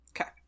Okay